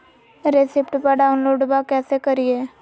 रेसिप्टबा डाउनलोडबा कैसे करिए?